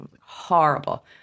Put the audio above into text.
Horrible